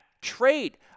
trade